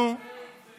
ואם אין האחים המוסלמים,